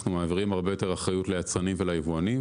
אנחנו מעבירים הרבה יותר אחריות ליצרנים וליבואנים,